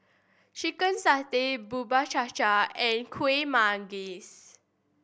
chicken satay Bubur Cha Cha and Kuih Manggis